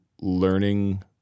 learning